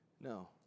no